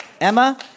Emma